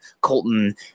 colton